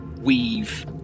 weave